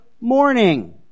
morning